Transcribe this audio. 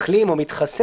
מחלים או מתחסן